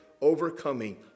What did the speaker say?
overcoming